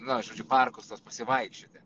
na žodžiu parkus tuos pasivaikščioti